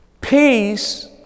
peace